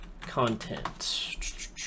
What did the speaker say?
content